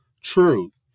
truth